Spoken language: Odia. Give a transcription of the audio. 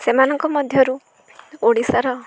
ସେମାନଙ୍କ ମଧ୍ୟରୁ ଓଡ଼ିଶାର